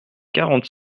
quarante